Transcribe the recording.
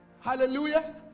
Hallelujah